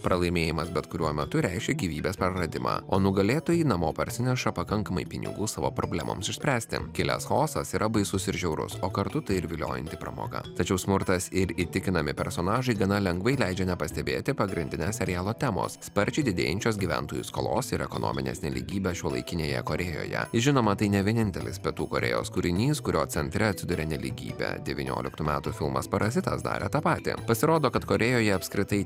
pralaimėjimas bet kuriuo metu reiškia gyvybės praradimą o nugalėtojai namo parsineša pakankamai pinigų savo problemoms išspręsti kilęs chaosas yra baisus ir žiaurus o kartu tai ir viliojanti pramoga tačiau smurtas ir įtikinami personažai gana lengvai leidžia nepastebėti pagrindinės serialo temos sparčiai didėjančios gyventojų skolos ir ekonominės nelygybės šiuolaikinėje korėjoje žinoma tai ne vienintelis pietų korėjos kūrinys kurio centre atsiduria nelygybė devynioliktų metų filmas parazitas darė tą patį pasirodo kad korėjoje apskritai